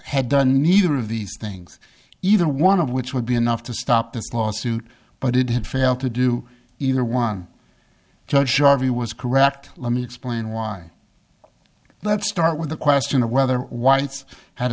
had done neither of these things either one of which would be enough to stop this lawsuit but it didn't fail to do either one judge garvey was correct let me explain why let's start with the question of whether whites had